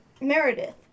meredith